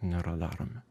nėra daromi